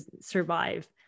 survive